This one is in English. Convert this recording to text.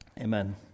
amen